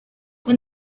when